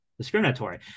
discriminatory